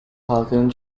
halkının